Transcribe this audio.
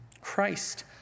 Christ